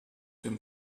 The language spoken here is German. dem